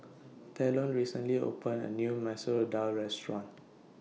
Talon recently opened A New Masoor Dal Restaurant